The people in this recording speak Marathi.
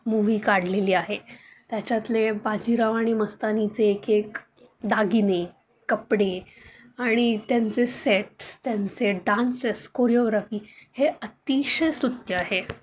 मूव्ही काढलेली आहे त्याच्यातले बाजीराव आणि मस्तानीचे एकेक दागिने कपडे आणि त्यांचे सेट्स त्यांचे डान्सेस कोरिओग्राफी हे अतिशय स्तुत्य आहे